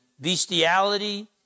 bestiality